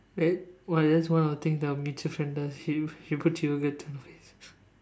wait what that's one of the thing that your friend does to you you put yoghurt on the face